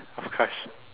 of course